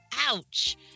ouch